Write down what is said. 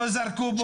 לא זרקו.